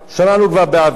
שמענו כבר בעבר,